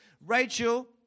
Rachel